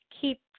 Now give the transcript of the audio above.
keep